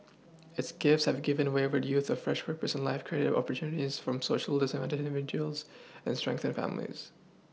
its gifts have given wayward youth fresh purpose in life created opportunities for Socially disadvantaged individuals and strengthened families